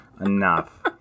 enough